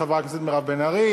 תודה רבה לחברת הכנסת מירב בן ארי.